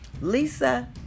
Lisa